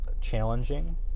challenging